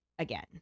again